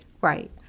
Right